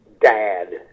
dad